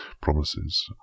promises